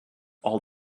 all